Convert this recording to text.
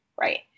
right